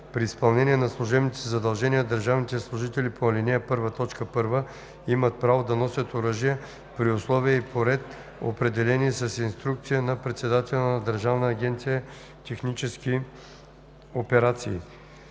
При изпълнение на служебните си задължения държавните служители по ал. 1, т. 1 имат право да носят оръжие при условия и по ред, определени с инструкция на председателя на Държавна агенция „Технически операции“.